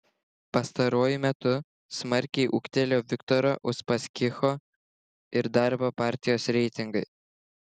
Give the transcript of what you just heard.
pastaruoju metu smarkiai ūgtelėjo viktoro uspaskicho ir darbo partijos reitingai